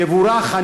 יבורך.